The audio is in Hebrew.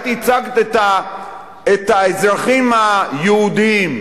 את ייצגת את האזרחים היהודים,